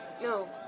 no